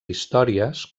històries